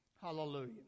Hallelujah